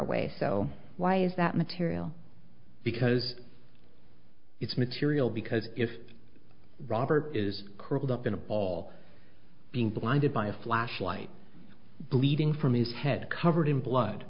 away so why is that material because it's material because it's robert is curled up in a ball being blinded by a flashlight bleeding from his head covered in blood